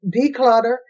declutter